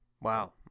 wow